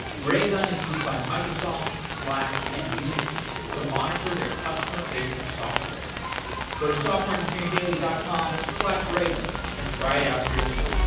raygun is used by microsoft, slack and unity to monitor their customer-facing software go to softwareengineeringdailly dot com slash raygun and try it out for yourself